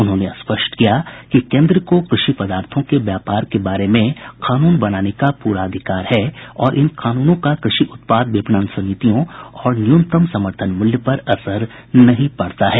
उन्होंने स्पष्ट किया कि केन्द्र को कृषि पदार्थों के व्यापार के बारे में कानून बनाने का पूरा अधिकार है और इन कानूनों का कृषि उत्पाद विपणन समितियों और न्यूनतम समर्थन मूल्य पर असर नहीं पडता है